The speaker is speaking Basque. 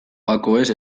gakoez